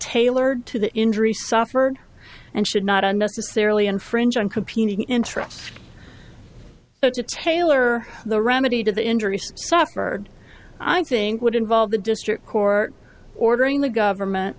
tailored to the injury suffered and should not unnecessarily infringe on competing interests but to tailor the remedy to the injuries suffered i think would involve the district court ordering the government